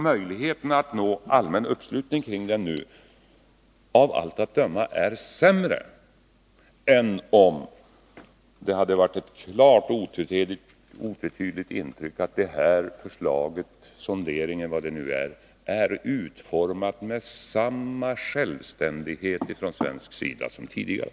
Möjligheterna att nå en allmän uppslutning kring denna tanke är nu av allt att döma sämre än om man hade haft ett klart och otvetydigt intryck av att förslaget — sonderingen, eller vad det nu är fråga om — från svensk sida är utformat lika självständigt som tidigare.